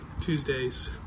Tuesday's